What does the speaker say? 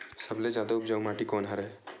सबले जादा उपजाऊ माटी कोन हरे?